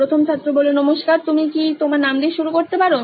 প্রথম ছাত্র নমস্কার তুমি কি তোমার নাম দিয়ে শুরু করতে পারো